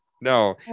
No